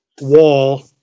wall